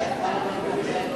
התשס"ז 2007,